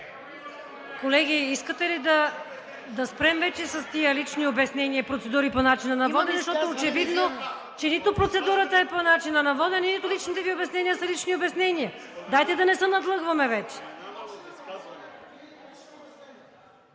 Колеги, искате ли да спрем вече с тези лични обяснения и процедури по начина на водене, защото очевидно, че нито процедурата е по начина на водене, нито личните Ви обяснения са лични обяснения. Дайте да не се надлъгваме вече.